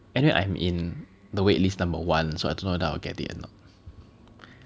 and then I am in the wait list number one so I don't know whether I'll get it or not